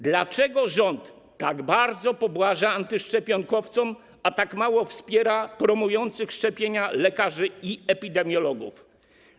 Dlaczego rząd tak bardzo pobłaża antyszczepionkowcom, a tak mało wspiera promujących szczepienia lekarzy i epidemiologów?